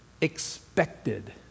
expected